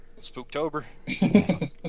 Spooktober